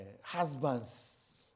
husbands